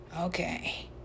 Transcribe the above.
Okay